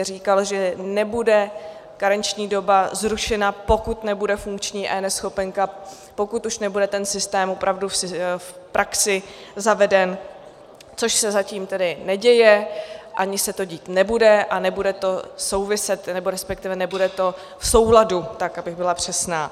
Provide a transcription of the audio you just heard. Říkal, že nebude karenční doba zrušena, pokud nebude funkční eNeschopenka, pokud už nebude ten systém opravdu v praxi zaveden, což se zatím tedy neděje, ani se to dít nebude, a nebude to souviset, nebo resp. nebude to v souladu, abych byla přesná.